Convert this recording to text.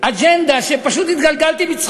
אחמד טיבי.